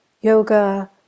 yoga